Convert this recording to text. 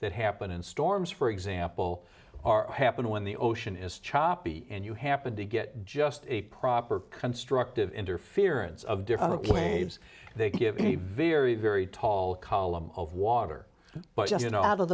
that happen in storms for example are happen when the ocean is choppy and you happen to get just a proper constructive interference of different planes they give me very very tall column of water but you know out of